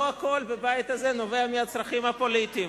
לא הכול בבית הזה נובע מהצרכים הפוליטיים.